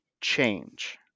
change